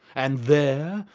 and there,